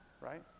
right